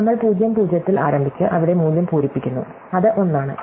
നമ്മൾ 00 ൽ ആരംഭിച്ച് അവിടെ മൂല്യം പൂരിപ്പിക്കുന്നു അത് 1 ആണ്